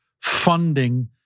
funding